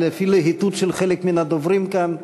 אבל לפי הלהיטות של חלק מן הדוברים כאן,